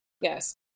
yes